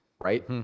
right